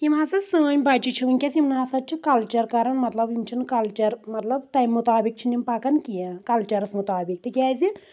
یِم ہسا سٲنۍ بَچہِ چھ وٕنکیٚس یِم نہ ہسا چھِ کَلچر کَران مطلب یِمن چھُنہٕ کلچر مطلب تمہِ مُطابِق چھنہٕ یِم پَکان کینٛہہ کلچَرس مُطابِق تِکیازِ